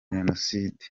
jenoside